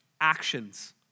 actions